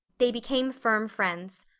they became firm friends.